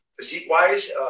physique-wise